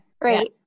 right